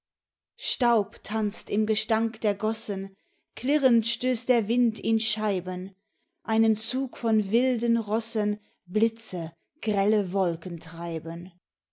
staub tanzt im gestank der gossen klirrend stößt der wind in scheiben einen zug von wilden rossen blitze grelle wolken treiben